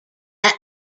that